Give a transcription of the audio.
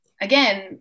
again